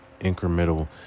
incremental